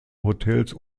hotels